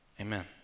Amen